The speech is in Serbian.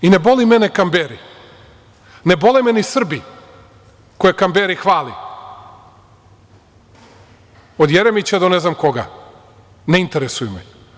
Ne boli mene Kamberi, ne bole mi ni Srbi koje Kamberi hvali, od Jeremića do ne znam koga, ne interesuju me.